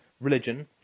religion